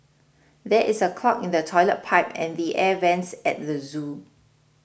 there is a clog in the Toilet Pipe and the Air Vents at the zoo